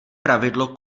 pravidlo